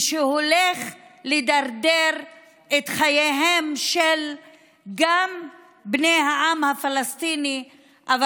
ושהולך לדרדר את חייהם של בני העם הפלסטיני אבל,